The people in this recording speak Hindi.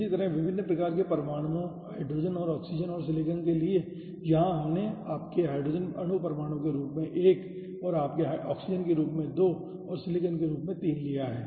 इसी तरह विभिन्न प्रकार के परमाणुओं हाइड्रोजन और ऑक्सीजन और सिलिकॉन के लिए यहां हमने आपके हाइड्रोजन अणु परमाणु के रूप में 1 आपके ऑक्सीजन के रूप में 2 और सिलिकॉन के रूप में 3 दिया है